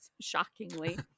shockingly